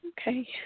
Okay